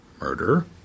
murder